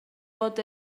bod